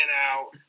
out